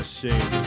shame